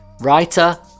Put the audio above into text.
writer